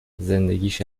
زندگیش